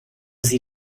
sie